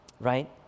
Right